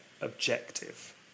objective